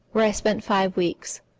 where i spent five weeks.